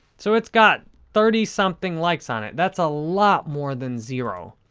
so, it's got thirty something likes on it. that's a lot more than zero.